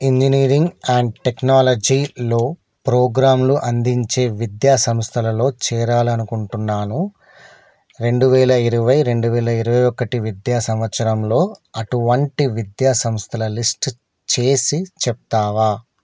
engineering and టెక్నాలజీలో ప్రోగ్రాంలు అందించే విద్యా సంస్థలలో చేరాలనుకుంటున్నాను రెండువేల ఇరవై రెండువేల ఇరవై ఒకటి విద్యా సంవత్సరంలో అటువంటి విద్యా సంస్థల లిస్టు చేసి చెప్తావా